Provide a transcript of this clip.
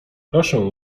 proszę